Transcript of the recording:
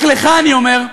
רק לך אני אומר,